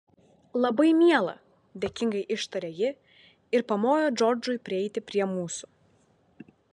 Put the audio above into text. labai miela dėkingai ištarė ji ir pamojo džordžui prieiti prie mūsų